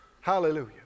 Hallelujah